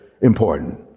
important